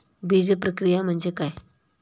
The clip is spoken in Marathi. बीजप्रक्रिया म्हणजे काय?